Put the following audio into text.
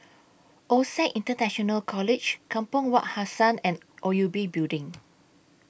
OSAC International College Kampong Wak Hassan and O U B Building